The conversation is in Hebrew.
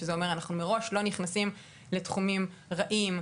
שזה אומר שמראש אנחנו לא נכנסים לתחומים רעים,